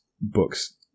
books